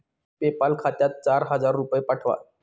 PayPal खात्यात चार हजार रुपये पाठवा